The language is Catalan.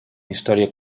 història